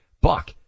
Buck